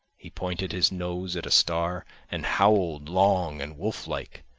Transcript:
he pointed his nose at a star and howled long and wolflike,